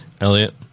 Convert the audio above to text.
Elliot